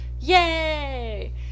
Yay